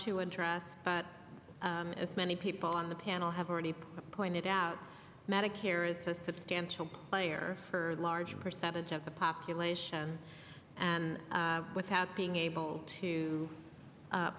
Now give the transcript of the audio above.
to address but as many people on the panel have already pointed out medicare is a substantial player for a large percentage of the population and without being able to